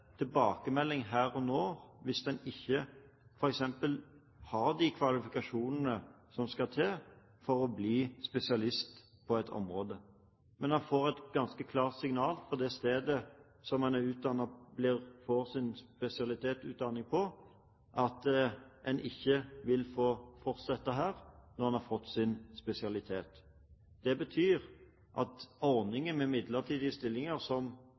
ikke har de kvalifikasjonene som skal til for å bli spesialist på et område. Men man får et ganske klart signal ved det stedet hvor man får sin spesialistutdanning, ved at man ikke vil få fortsette der man har fått sin spesialitet. Det betyr at ordningen med midlertidige stillinger, som